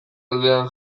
aldean